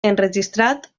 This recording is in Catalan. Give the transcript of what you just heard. enregistrat